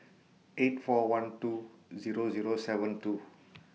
eight four one two Zero Zero seven two